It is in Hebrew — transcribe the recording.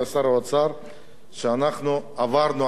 שאנחנו עברנו, אנחנו מעל המשבר,